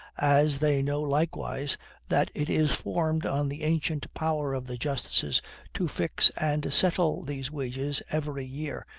as they know likewise that it is formed on the ancient power of the justices to fix and settle these wages every year,